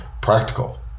practical